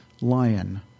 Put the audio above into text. lion